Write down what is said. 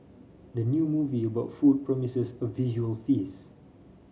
the new movie about food promises a visual feast